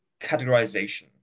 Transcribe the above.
categorization